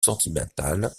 sentimentale